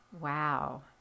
wow